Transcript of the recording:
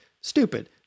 stupid